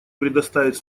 предоставить